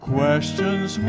questions